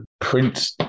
Print